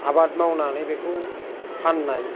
आबाद मावनानै बिखौ फाननाय